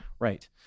Right